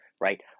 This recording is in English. right